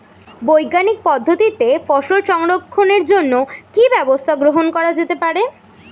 বৈজ্ঞানিক পদ্ধতিতে ফসল সংরক্ষণের জন্য কি ব্যবস্থা গ্রহণ করা যেতে পারে?